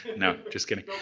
no, just kidding.